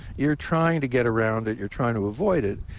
you're trying to get around it. you're trying to avoid it,